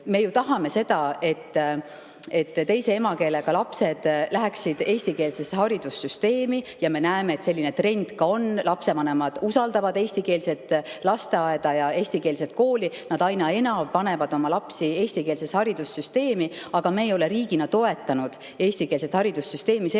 Me ju tahame seda, et teise emakeelega lapsed läheksid eestikeelsesse haridussüsteemi. Me näeme, et selline trend ka on, lapsevanemad usaldavad eestikeelset lasteaeda ja eestikeelset kooli, nad aina enam panevad oma lapsi eestikeelsesse haridussüsteemi. Aga me ei ole riigina toetanud eestikeelset haridussüsteemi, selleks